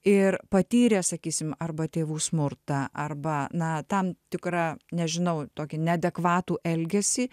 ir patyrė sakysim arba tėvų smurtą arba na tam tikrą nežinau tokį neadekvatų elgesį